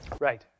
Right